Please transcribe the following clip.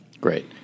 Great